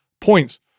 points